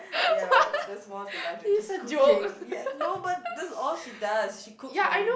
ya there's more to life than just cooking ya no but that's all she does she cooks for him